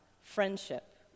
friendship